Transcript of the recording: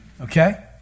Okay